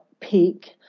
peak